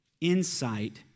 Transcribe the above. insight